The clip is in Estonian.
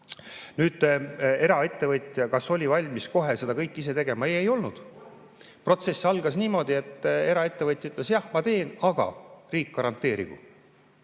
kas eraettevõtja oli valmis kohe seda kõike ise tegema? Ei olnud. Protsess algas niimoodi, et eraettevõtja ütles, jah, ma teen, aga riik garanteerigu.